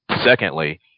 secondly